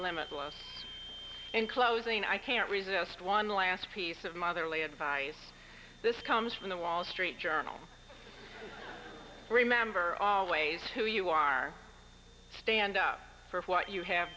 limitless in closing i can't resist one last piece of motherly advice this comes from the wall street journal remember always who you are stand up for what you have